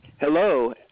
Hello